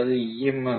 F அல்லது ஈ